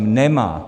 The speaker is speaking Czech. Nemá.